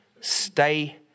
Stay